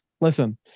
listen